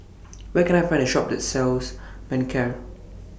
Where Can I Find A Shop that sells Manicare